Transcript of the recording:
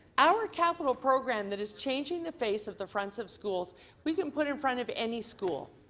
our capital program that is changing the face of the fronts of schools we can put it in front of any school.